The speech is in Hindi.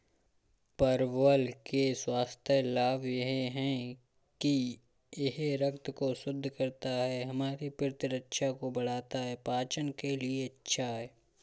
परवल के स्वास्थ्य लाभ यह हैं कि यह रक्त को शुद्ध करता है, हमारी प्रतिरक्षा को बढ़ाता है, पाचन के लिए अच्छा है